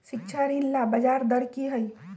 शिक्षा ऋण ला ब्याज दर कि हई?